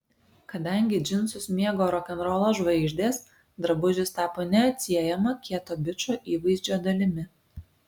kadangi džinsus mėgo rokenrolo žvaigždės drabužis tapo neatsiejama kieto bičo įvaizdžio dalimi